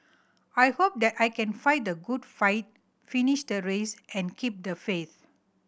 I hope that I can fight the good fight finish the race and keep the faith